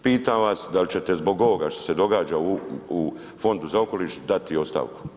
Pitam vas, da li ćete zbog ovoga što se događa u Fondu za okoliš dati ostavku?